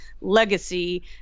legacy